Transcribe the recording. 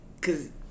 Cause